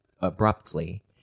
abruptly